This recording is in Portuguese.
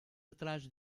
atrás